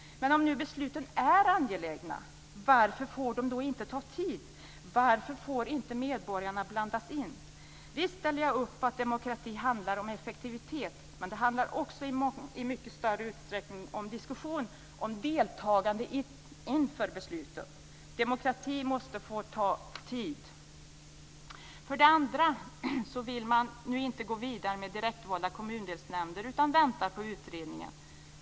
Men om nu besluten är angelägna, varför får de då inte ta tid? Varför får inte medborgarna blandas in? Visst ställer jag upp på att demokrati handlar om effektivitet, men det handlar också i mycket större utsträckning om diskussion, om deltagande inför besluten. Demokrati måste få ta tid. För det andra vill man nu inte gå vidare med direktvalda kommundelsnämnder utan väntar på utredningen.